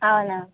అవునా